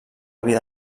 vida